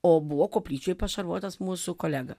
o buvo koplyčioj pašarvotas mūsų kolega